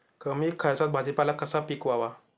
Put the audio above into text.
कमी खर्चात भाजीपाला कसा पिकवावा?